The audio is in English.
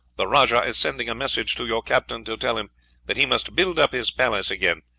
the rajah is sending a message to your captain to tell him that he must build up his palace again,